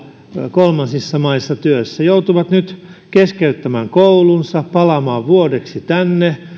kolmansissa maissa työssä lapset joutuvat nyt keskeyttämään koulunsa palaamaan vuodeksi tänne